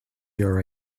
your